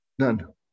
None